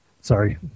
Sorry